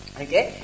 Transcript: okay